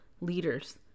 leaders